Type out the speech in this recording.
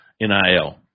NIL